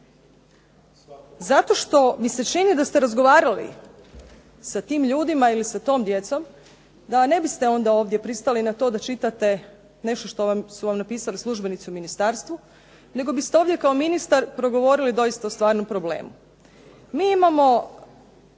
Zato što mi se čini da ste razgovarali sa tim ljudima ili sa tom djecom da ne biste onda ovdje pristali na to da čitate nešto što su vam napisali službenici u ministarstvu, nego biste ovdje kao ministar progovorili doista o stvarnom problemu. Mi imamo